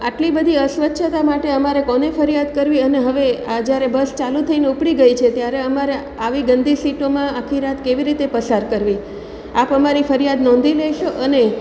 આટલી બધી અસ્વચ્છતા માટે અમારે કોને ફરિયાદ કરવી અને હવે આ જ્યારે બસ ચાલું થઈને ઉપડી ગઈ છે ત્યારે અમારે આવી ગંદી સીટોમાં આખી રાત કેવી રીતે પસાર કરવી આપ અમારી ફરિયાદ નોંધી લેશો અને